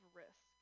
risk